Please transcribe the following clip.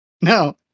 No